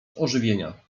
ożywienia